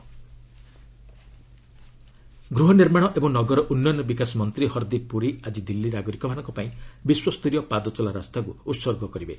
Puri skywalk ଗୃହ ନିର୍ମାଣ ଏବଂ ନଗର ଉନ୍ନୟନ ବିକାଶ ମନ୍ତ୍ରୀ ହରଦୀପ ପୁରୀ ଆଜି ଦିଲ୍ଲୀ ନାଗରିକମାନଙ୍କ ପାଇଁ ବିଶ୍ୱ ସ୍ତରୀୟ ପାଦଚଲା ରାସ୍ତାକୁ ଉତ୍ସର୍ଗ କରିବେ